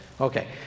okay